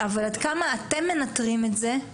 אבל עד כמה אתם מנטרים את זה,